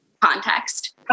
context